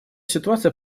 ситуация